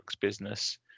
business